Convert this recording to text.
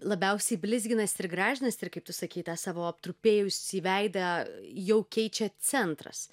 labiausiai blizginasi ir gražinasi ir kaip tu sakei tą savo aptrupėjusį veidą jau keičia centras